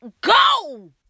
go